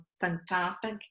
fantastic